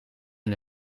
hun